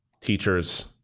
Teachers